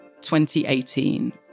2018